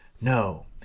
no